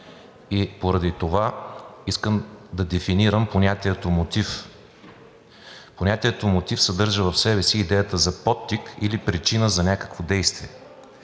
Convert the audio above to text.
и поради това искам да дефинирам понятието мотив. Понятието мотив съдържа в себе си идеята за подтик или причина за някакво действие.